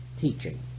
teaching